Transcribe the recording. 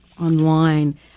online